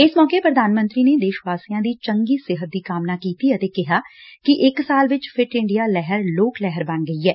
ਇਸ ਮੌਕੇ ਪ੍ਰਧਾਨ ਮੰਤਰੀ ਨੇ ਦੇਸ਼ ਵਾਸੀਆਂ ਦੀ ਚੰਗੀ ਸਿਹਤ ਦੀ ਕਾਮਨਾ ਕੀਤੀ ਅਤੇ ਕਿਹਾ ਕਿ ਇਕ ਸਾਲ ਚ ਫਿਟ ਇੰਡੀਆ ਲਹਿਰ ਲੋਕ ਲਹਿਰ ਬਣ ਗਈ ਐ